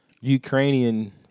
ukrainian